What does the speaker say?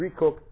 recook